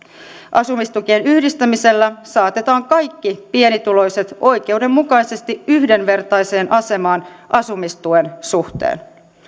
asumistukien yhdistämisellä saatetaan kaikki pienituloiset oikeudenmukaisesti yhdenvertaiseen asemaan asumistuen suhteen